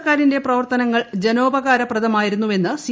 സർക്കാർരിൻ്റെ പ്രവർത്തനങ്ങൾ ജനോപകാരപ്രദമായിരുന്നുവെന്ന് സി